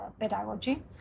pedagogy